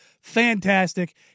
Fantastic